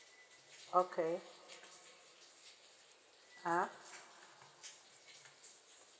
okay ah